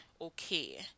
okay